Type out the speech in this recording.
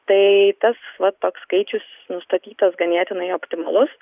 tai tas va toks skaičius nustatytas ganėtinai optimalus